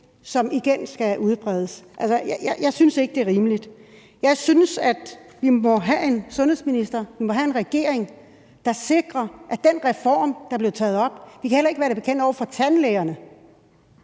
som igen skal udbredes. Altså, jeg synes ikke, at det er rimeligt. Jeg synes, at vi må have en sundhedsminister, vi må have en regering, der sikrer, at den reform bliver taget op. Vi kan heller ikke være det bekendt over for tandlægerne.